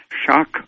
Shock